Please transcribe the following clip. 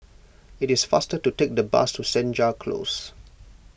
it is faster to take the bus to Senja Close